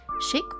shake